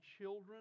children